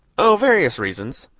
oh, various reasons.